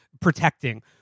protecting